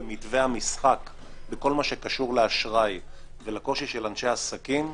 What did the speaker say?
בכל מה שקשור לאשראי ולקושי של אנשי עסקים,